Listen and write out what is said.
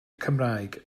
cymraeg